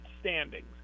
standings